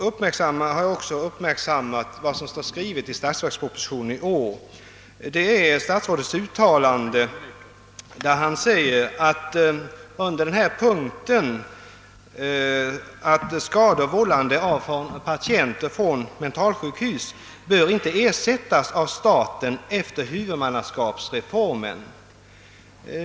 Jag har också i årets statsverksproposition uppmärksammat statsrådets uttalande under denna punkt att skador, vållade av patienter från mentalsjukhus, inte bör ersättas från statens sida efter huvudmannaskapsreformen.